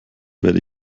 werde